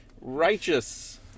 righteous